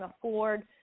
afford